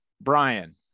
Brian